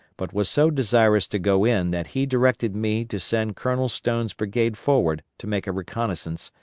but was so desirous to go in that he directed me to send colonel stone's brigade forward to make a reconnoissance,